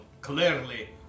clearly